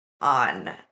on